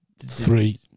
Three